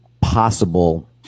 possible